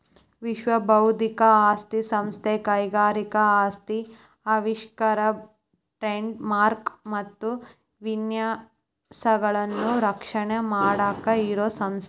ವಿಶ್ವ ಬೌದ್ಧಿಕ ಆಸ್ತಿ ಸಂಸ್ಥೆ ಕೈಗಾರಿಕಾ ಆಸ್ತಿ ಆವಿಷ್ಕಾರ ಟ್ರೇಡ್ ಮಾರ್ಕ ಮತ್ತ ವಿನ್ಯಾಸಗಳನ್ನ ರಕ್ಷಣೆ ಮಾಡಾಕ ಇರೋ ಸಂಸ್ಥೆ